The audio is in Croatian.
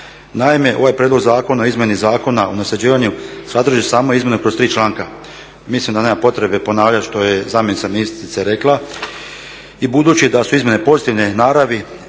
Naime, ovaj prijedlog zakona o izmjeni Zakona o nasljeđivanju sadrži samo izmjene kroz tri članka. Mislim da nema potrebe ponavljati što je zamjenica ministra rekla i budući da su izmjene pozitivne naravi